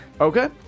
Okay